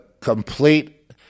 complete